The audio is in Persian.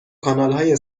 کانالهای